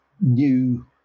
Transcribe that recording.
new